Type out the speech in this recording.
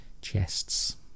chests